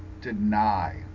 deny